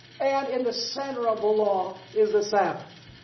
and in the center of the law is the sabbath.